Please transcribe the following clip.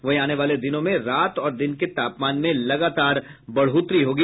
वहीं आने वाले दिनों में रात और दिन के तापमान में लगातार बढ़ोतरी होगी